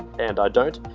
and i don't,